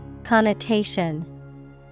Connotation